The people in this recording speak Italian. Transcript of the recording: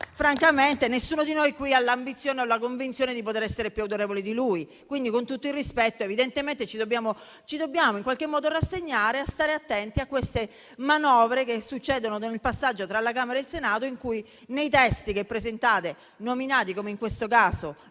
francamente nessuno di noi qui ha l'ambizione o la convinzione di essere più autorevole di lui. Quindi, con tutto il rispetto, evidentemente ci dobbiamo in qualche modo rassegnare a stare attenti a queste manovre che succedono nel passaggio tra la Camera e il Senato, in cui i testi che presentate, nominati, come in questo caso,